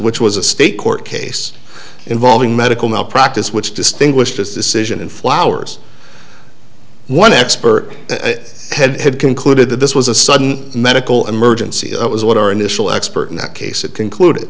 which was a state court case involving medical malpractise which distinguish this decision and flowers one expert had concluded that this was a sudden medical emergency it was what our initial expert in that case it concluded